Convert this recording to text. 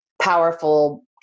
powerful